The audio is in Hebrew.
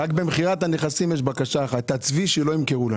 רק במכירת הנכסים יש בקשה אחת: את הצבי שלא ימכרו,